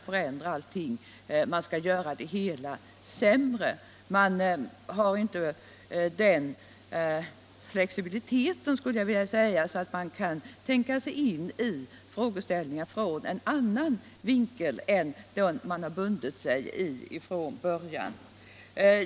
förändra allt, göra det hela sämre. Det finns inte en sådan flexibilitet att man kan tänka sig in i frågeställningar från en annan vinkel än den som man har bundit sig vid från början.